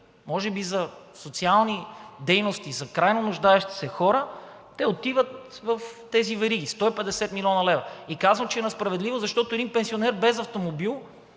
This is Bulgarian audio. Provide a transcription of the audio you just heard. може би за социални дейности, за крайно нуждаещи се хора, отиват в тези вериги 150 млн. лв. И казвам, че е несправедливо, защото един пенсионер без автомобил